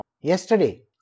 Yesterday